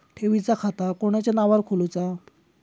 ठेवीचा खाता कोणाच्या नावार खोलूचा?